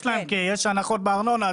יש להם את הרשימות, כי יש הנחות בארנונה.